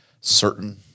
certain